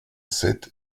sept